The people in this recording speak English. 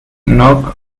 knock